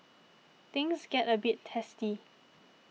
things get a bit testy